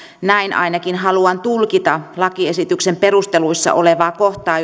näin ainakin haluan tulkita lakiesityksen perusteluissa olevaa kohtaa